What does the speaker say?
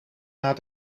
naar